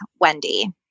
Wendy